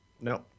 no